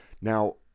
Now